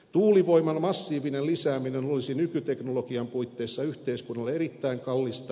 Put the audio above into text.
tuulivoiman massiivinen lisääminen olisi nykyteknologian puitteissa yhteiskunnalle erittäin kallista